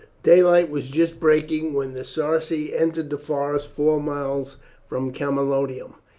daylight was just breaking when the sarci entered the forest four miles from camalodunum.